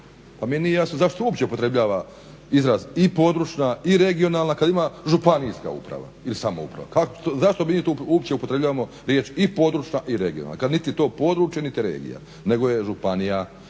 Pa mi nije jasno zašto uopće upotrebljava i područna i regionalna kada ima županijska uprava ili samouprave. zašto mi to uopće upotrebljavamo riječ i područna i regionalna kada niti je to područje niti regije nego je županija